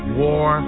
war